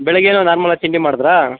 ಬೆಳಿಗ್ಗೆನು normal ಆಗಿ ತಿಂಡಿ ಮಾಡಿದ್ರಾ